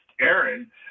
Aaron